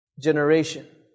generation